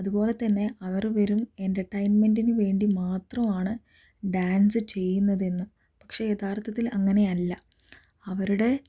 അതുപോലെതന്നെ അവർ വെറും എൻ്റർടൈൻമെൻ്റിനു വേണ്ടി മാത്രമാണ് ഡാൻസ് ചെയ്യുന്നതെന്നും പക്ഷെ യഥാർത്ഥത്തിൽ അങ്ങനെ അല്ല അവരുടെ